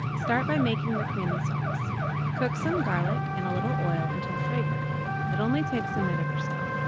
start by making the creamy sauce cook some garlic in a little oil until fragrant it only takes a minute or so.